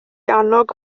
annog